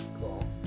cool